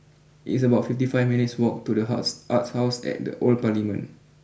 it's about fifty five minutes walk to the house Arts house at the Old Parliament